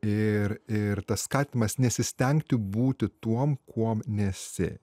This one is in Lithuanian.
ir ir tas skatinimas nesistengti būti tuom kuom nesi